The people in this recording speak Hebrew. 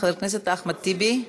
חבר הכנסת אחמד טיבי.